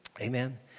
Amen